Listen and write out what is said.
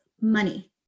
money